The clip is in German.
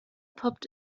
poppt